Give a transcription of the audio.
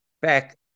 Back